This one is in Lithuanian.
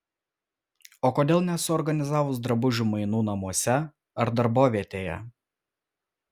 o kodėl nesuorganizavus drabužių mainų namuose ar darbovietėje